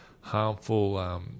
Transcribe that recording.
harmful